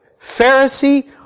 Pharisee